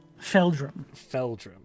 Feldrum